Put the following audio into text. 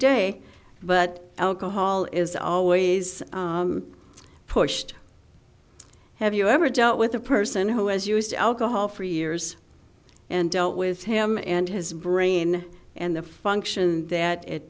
day but alcohol is always pushed have you ever dealt with a person who has used alcohol for years and dealt with him and his brain and the function that it